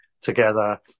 together